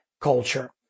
culture